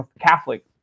Catholic